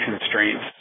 constraints